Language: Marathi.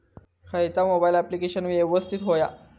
खयचा मोबाईल ऍप्लिकेशन यवस्तित होया?